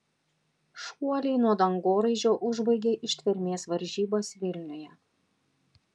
šuoliai nuo dangoraižio užbaigė ištvermės varžybas vilniuje